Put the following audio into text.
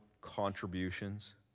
contributions